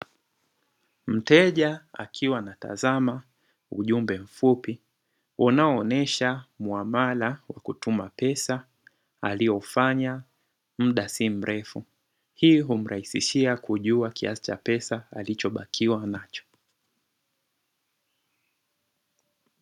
Mteja akiwa anatazama ujumbe mfupi unao onesha muamala wa kutuma pesa aliofanya mda sio mrefu, hii humrahisishia kuja kiasi cha pesa alichobakiwa nacho.